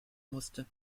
musste